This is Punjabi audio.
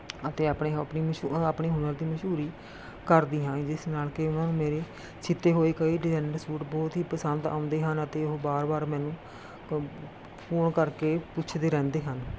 ਅਤੇ ਆਪਣੇ ਆਪਣੀ ਮਸ਼ਹੂਰੀ ਆਪਣੇ ਹੁਨਰ ਦੀ ਮਸ਼ਹੂਰੀ ਕਰਦੀ ਹਾਂ ਜਿਸ ਨਾਲ ਕਿ ਉਹਨਾਂ ਨੂੰ ਮੇਰੇ ਸੀਤੇ ਹੋਏ ਕਈ ਡਿਜ਼ਾਈਨਰ ਸੂਟ ਬਹੁਤ ਹੀ ਪਸੰਦ ਆਉਂਦੇ ਹਨ ਅਤੇ ਉਹ ਬਾਰ ਬਾਰ ਮੈਨੂੰ ਫੋਨ ਕਰਕੇ ਪੁੱਛਦੇ ਰਹਿੰਦੇ ਹਨ